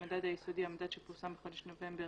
"המדד היסודי" המדד שפורסם בחודש נובמבר